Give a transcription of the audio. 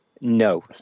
No